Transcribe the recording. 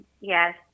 Yes